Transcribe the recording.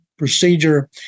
procedure